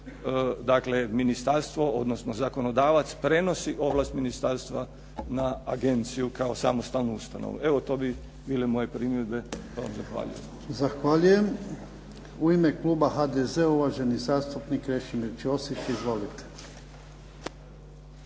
kojim ministarstvo odnosno zakonodavac prenosi ovlast ministarstva na agenciju kao samostalnu ustanovu. Evo, to bi bile moje primjedbe. Zahvaljujem. **Jarnjak, Ivan (HDZ)** Zahvaljujem. U ime kluba HDZ-a uvaženi zastupnik Krešimir Ćosić. Izvolite.